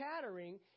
chattering